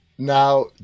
Now